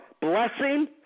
blessing